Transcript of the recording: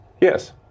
Yes